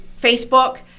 Facebook